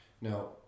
Now